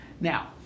Now